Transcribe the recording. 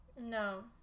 No